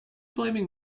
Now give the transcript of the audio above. blaming